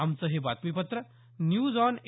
आमचं हे बातमीपत्र न्यूज ऑन ए